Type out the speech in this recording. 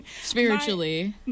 Spiritually